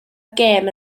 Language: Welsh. gêm